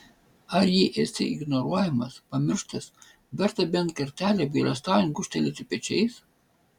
ar jei esi ignoruojamas pamirštas verta bent kartelį apgailestaujant gūžtelėti pečiais